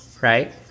right